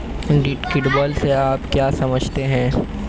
Deductible से आप क्या समझते हैं?